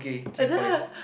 and then